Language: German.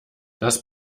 das